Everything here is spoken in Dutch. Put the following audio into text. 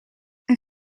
een